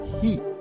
heat